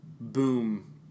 boom